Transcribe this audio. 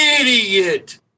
idiot